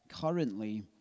currently